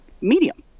medium